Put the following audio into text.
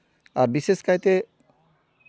ᱟᱨ ᱵᱤᱥᱮᱥ ᱠᱟᱭᱛᱮ